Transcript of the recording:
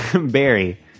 Barry